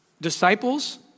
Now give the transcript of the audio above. Disciples